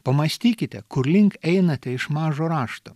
pamąstykite kur link einate iš mažo rašto